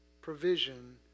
provision